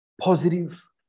positive